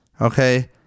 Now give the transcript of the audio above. okay